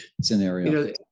scenario